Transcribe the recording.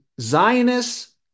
Zionists